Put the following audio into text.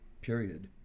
period